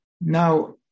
Now